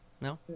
No